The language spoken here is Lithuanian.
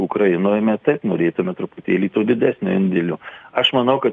ukrainoj mes taip norėtume truputėlį didesnio indėlio aš manau kad